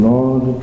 Lord